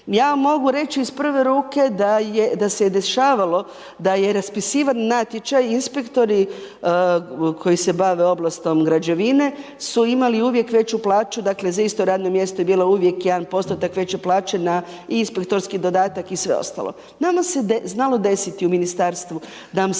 vam mogu reći iz prve ruke da se je dešavalo da je raspisivan natječaj, inspektori koji se bave oblastom građevine su imali uvijek veću plaću, dakle za isto radno mjesto je bilo uvijek 1% veće plaće na inspektorski dodatak i sve ostalo. Nama se znalo desiti u ministarstvu da vam